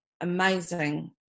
amazing